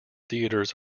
theatres